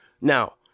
Now